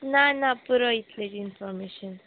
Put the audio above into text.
ना ना पुरो इतलें इनफोर्मेशन